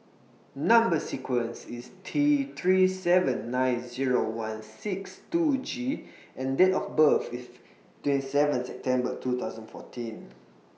Number sequence IS T three seven nine Zero one six two G and Date of birth IS twenty seventh September two thousand fourteen